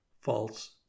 false